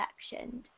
sectioned